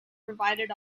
provided